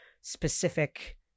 specific